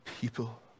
people